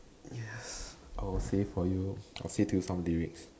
yes I will say for you I'll say to you some lyrics